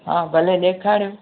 हा भले ॾेखारियो